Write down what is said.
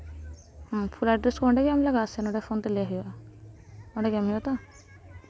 ᱦᱩᱸ full address ᱠᱚᱦᱚᱸ ᱚᱸᱰᱮ ᱜᱮ ᱮᱢ ᱞᱟᱜᱟᱜᱼᱟ ᱥᱮ ᱱᱚᱰᱮ ᱯᱷᱳᱱ ᱛᱮ ᱞᱟᱹᱭ ᱦᱩᱭᱩᱜᱼᱟ ᱚᱸᱰᱮ ᱜᱮ ᱮᱢ ᱦᱩᱭᱩᱜᱼᱟ ᱛᱚ